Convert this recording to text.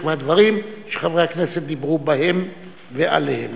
מהדברים שחברי הכנסת דיברו בהם ועליהם.